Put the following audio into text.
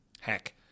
Heck